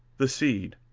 the seed,